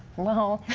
well,